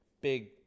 big –